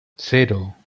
cero